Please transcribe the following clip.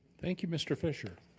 thank you, mr. fisher.